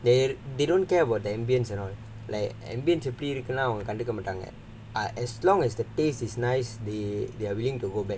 they they don't care about the ambience and all like எப்படி இருக்குனு அவங்க கண்டுக்க மாட்டாங்க:eppadi irukkunu avanga kandukka maattaanga as long as the taste is nice they they are willing to go back